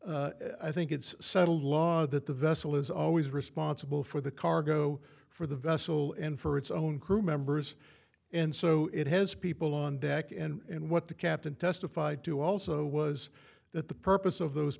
i think it's settled law that the vessel is always responsible for the cargo for the vessel and for its own crew members and so it has people on back and what the captain testified to also was that the purpose of those